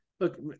Look